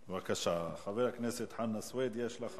בבקשה, חבר הכנסת חנא סוייד, יש לך